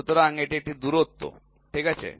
সুতরাং এটি একটি দূরত্ব ঠিক আছে